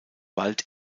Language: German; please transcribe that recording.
wald